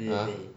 ah